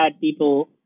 people